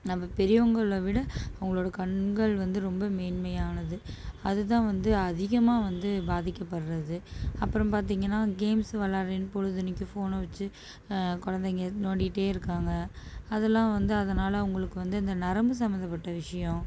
நம்ப பெரியவங்களை விட அவங்களோட கண்கள் வந்து ரொம்ப மென்மையானது அது தான் வந்து அதிகமாக வந்து பாதிக்கபடுறது அப்புறம் பார்த்திங்கன்னா கேம்ஸ் விளாட்றேனு பொழுதன்னைக்கும் ஃபோனை வச்சு குழந்தைங்க நோண்டிகிட்டே இருக்காங்க அதெல்லாம் வந்து அதனால் அவங்களுக்கு வந்து இந்த நரம்பு சம்பந்தப்பட்ட விஷயம்